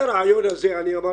מהרעיון הזה אני אמרתי,